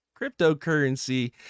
cryptocurrency